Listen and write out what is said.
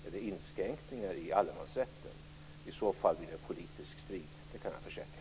Är det inskränkningar i allemansrätten? I så fall blir det politisk strid, det kan jag försäkra.